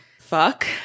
Fuck